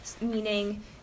meaning